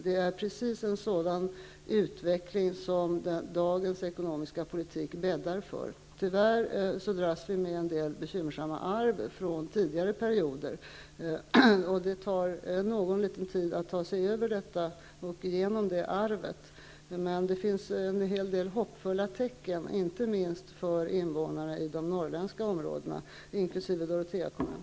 Det är just en sådan utveckling som dagens ekonomiska politik bäddar för. Tyvärr dras vi med en del bekymmersamma arv från tidigare perioder, och det tar någon liten tid att ta sig igenom det arvet. Men det finns en hel del hoppfulla tecken, inte minst för invånarna i de norrländska områdena, inklusive Dorotea kommun.